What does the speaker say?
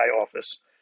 office